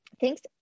Thanks